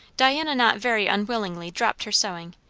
diana not very unwillingly dropped her sewing,